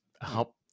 help